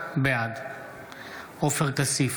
בעד עופר כסיף,